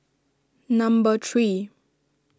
number three